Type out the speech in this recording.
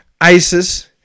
ISIS